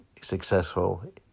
successful